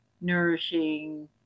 nourishing